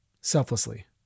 selflessly